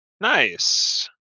Nice